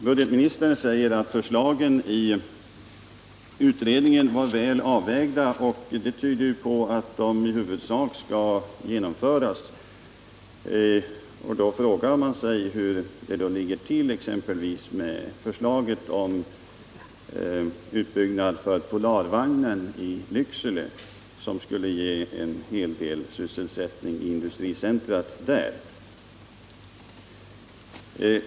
Budgetministern säger att förslagen i utredningen var väl avvägda, och det tyder ju på att de i huvudsak skall genomföras. Då frågar man sig hur det ligger till exempelvis med förslaget om utbyggnad för Polarvagnen i Lycksele som skulle ge en hel del sysselsättning i industricentrumet där.